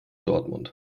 dortmund